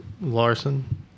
Larson